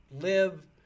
live